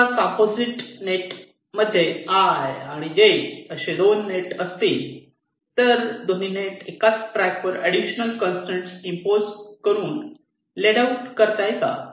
समजा composite net मध्ये 'i' आणि 'j' असे दोन नेट असतील तर दोन्ही नेट एकाच ट्रॅक वर एडिशनल कंसट्रेन इम्पोज करून लेड आऊट करता येतात